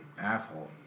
Asshole